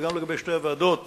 וגם לגבי שתי הוועדות